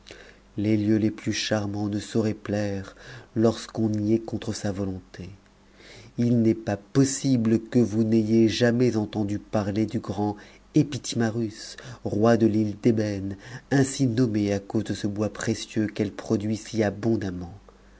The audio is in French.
les lieux les plus charmants ne sauraient plaire lorsqu'on y est contre sa volonté il n'est pas possible que vous n'ayez jamais entendu parler du grand epitimarus roi de l'île d'ébène ainsi nommée à cause de ce bois précieux qu'elle produit si abondamment